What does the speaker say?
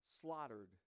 slaughtered